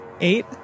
eight